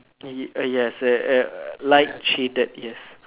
y uh yes err light shaded yes